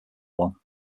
one